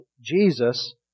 Jesus